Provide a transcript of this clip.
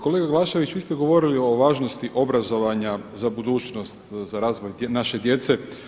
Kolega Glavašević, vi ste govorili o važnosti obrazovanja za budućnost za razvoj naše djece.